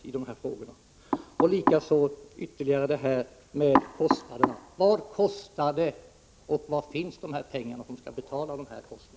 Vad kostade det hela, och var finns de pengar som skall betala dessa kostnader?